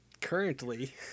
Currently